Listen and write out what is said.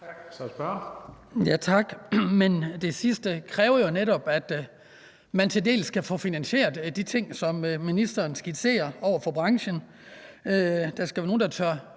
det sidste kræver jo netop, at man dels kan få finansieret de ting, som ministeren skitserer, i branchen – der skal jo være nogle, der tør